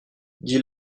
dis